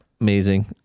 amazing